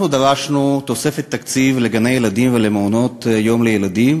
אנחנו דרשנו תוספת תקציב לגני-ילדים ולמעונות-יום לילדים